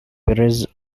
peerage